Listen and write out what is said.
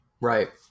Right